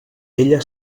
ella